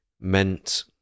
meant